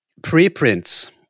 preprints